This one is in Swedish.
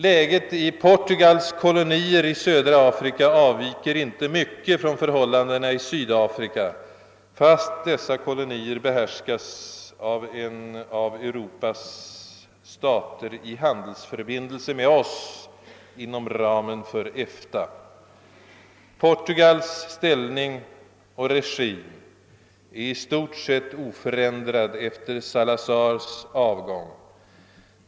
Läget i Portugals kolonier i södra Afrika avviker inte mycket från förhållandena i Sydafrika, fastän dessa kolonier behärskas av en av Europas stater i handelsförbindelse med oss inom ramen för EFTA. Portugals ställning och regim är i stort sett oförändrad efter Salazars avgång.